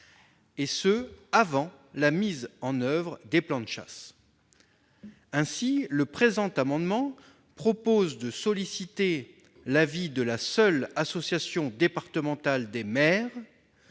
avis avant la mise en oeuvre des plans de chasse. Ainsi, le présent amendement tend à solliciter l'avis de la seule Association départementale des maires,